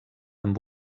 amb